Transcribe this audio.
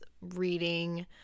reading